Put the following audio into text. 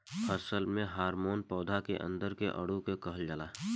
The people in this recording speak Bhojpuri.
फसल में हॉर्मोन पौधा के अंदर के अणु के कहल जाला